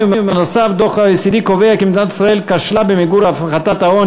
ודוח ה-OECD קובע כי מדינת ישראל כשלה במיגור העוני ובהפחתתו.